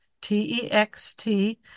T-E-X-T